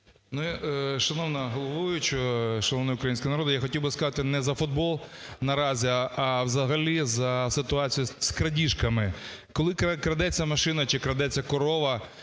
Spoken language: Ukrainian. Шановна головуюча, шановний український народе! Я хотів би сказати не за футбол наразі, а взагалі за ситуацію з крадіжками. Коли крадеться машина чи крадеться корова,